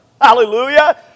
hallelujah